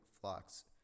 flocks